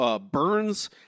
Burns